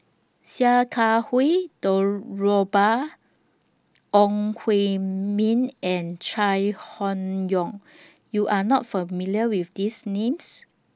Sia Kah Hui Deborah Ong Hui Min and Chai Hon Yoong YOU Are not familiar with These Names